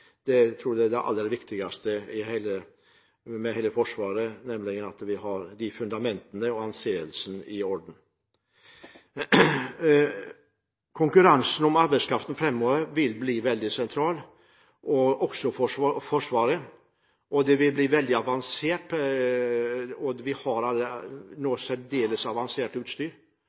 det aller viktigste i hele Forsvaret, nemlig at vi har de fundamentene og anseelsen i orden. Konkurransen om arbeidskraften framover vil bli veldig sentral, også i Forsvaret. Forsvaret vil bli veldig avansert og har nå særdeles avansert utstyr.